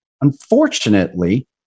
unfortunately